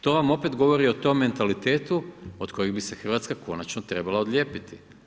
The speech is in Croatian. To vam opet govori o tom mentalitetu od kojeg bi se Hrvatska konačno trebala odlijepiti.